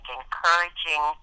encouraging